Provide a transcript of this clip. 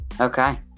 Okay